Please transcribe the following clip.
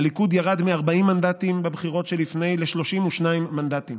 הליכוד ירד מ-40 מנדטים בבחירות שלפני ל-32 מנדטים.